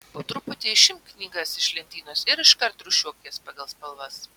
po truputį išimk knygas iš lentynos ir iškart rūšiuok jas pagal spalvas